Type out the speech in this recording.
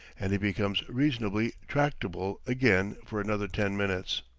and he becomes reasonably tractable again for another ten minutes.